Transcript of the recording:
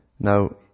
Now